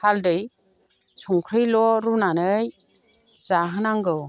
हालदै संख्रिल' रुनानै जाहोनांगौ